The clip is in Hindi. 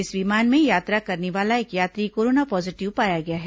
इसं विमान में यात्रा करने वाला एक यात्री कोरोना पॉजीटिव पाया गया है